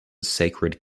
sacred